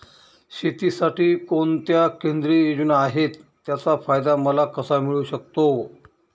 शेतीसाठी कोणत्या केंद्रिय योजना आहेत, त्याचा फायदा मला कसा मिळू शकतो?